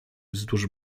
wzdłuż